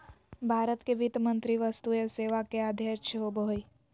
भारत के वित्त मंत्री वस्तु एवं सेवा कर के अध्यक्ष होबो हइ